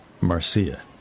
Marcia